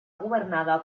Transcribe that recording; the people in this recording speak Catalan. governada